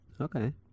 Okay